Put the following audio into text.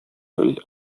völlig